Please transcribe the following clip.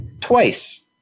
twice